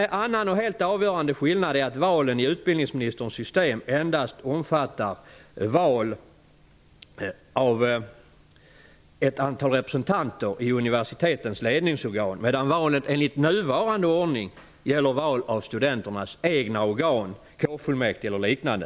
En annan och helt avgörande skillnad är att valen i utbildningsministerns system endast omfattar val av ett antal representanter i universitetens ledningsorgan, medan valet enligt nuvarande ordning gäller val till studenternas egna organ, kårfullmäktige eller liknande.